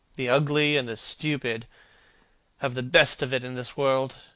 the ugly and the stupid have the best of it in this world.